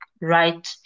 right